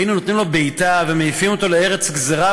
היינו נותנים לו בעיטה ומעיפים אותו לארץ גזירה,